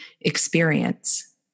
experience